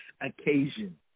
occasion